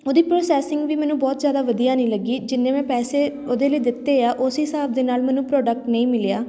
ਉਹਦੀ ਪ੍ਰੋਸੈਸਿੰਗ ਵੀ ਮੈਨੂੰ ਬਹੁਤ ਜ਼ਿਆਦਾ ਵਧੀਆ ਨਹੀਂ ਲੱਗੀ ਜਿੰਨੇ ਮੈਂ ਪੈਸੇ ਉਹਦੇ ਲਈ ਦਿੱਤੇ ਆ ਉਸ ਹਿਸਾਬ ਦੇ ਨਾਲ ਮੈਨੂੰ ਪ੍ਰੋਡਕਟ ਨਹੀਂ ਮਿਲਿਆ